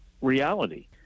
reality